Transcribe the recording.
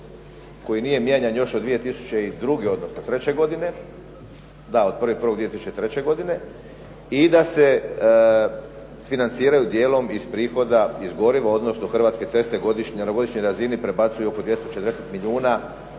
koji nije mijenjan još od 2002. odnosno 2003. godine, da od 1.1.2003. godine i da se financiraju djelom iz prihoda, iz goriva odnosno Hrvatske ceste na godišnjoj razini prebacuju oko 240 milijuna